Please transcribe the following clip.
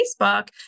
Facebook